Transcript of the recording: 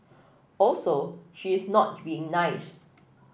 also she is not being nice